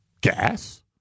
gas